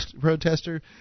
protester